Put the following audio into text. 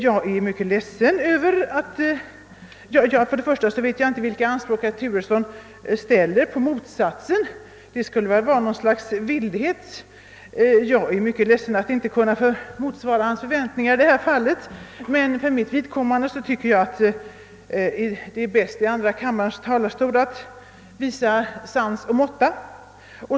Jag vet inte vilka anspråk herr Turesson ställer eller vilken behörighet han har att betygsätta ledamöterna i kammaren. Kanske han efterlyser något slags vildhet. Jag är ledsen över att inte kunna motsvara hans förväntningar i detta sammanhang, men jag tycker det är bäst i andra kammarens talarstol att visa sans och måtta.